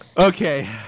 Okay